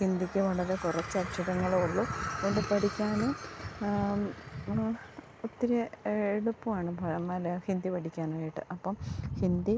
ഹിന്ദിക്ക് വളരെ കുറച്ചക്ഷരങ്ങളുള്ളതു കൊണ്ട് പഠിക്കാനും അങ്ങനെ ഒത്തിരി എളുപ്പമാണ് ഹിന്ദി പഠിക്കാനായിട്ട് അപ്പം ഹിന്ദി